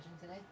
today